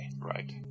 Right